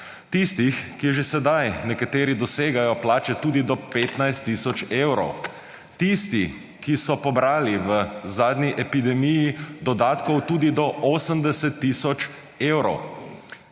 tistih, ki že sedaj nekateri dosegajo plače tudi do 15 tisoč evrov. Tisti, ki so pobrali v zadnji epidemiji dodatkov tudi do 80 tisoč evrov.